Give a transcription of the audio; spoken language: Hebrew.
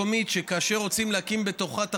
כאשר רוצים להקים בתוך רשות מקומית